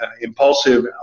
impulsive